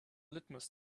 litmus